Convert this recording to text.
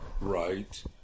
right